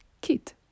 kit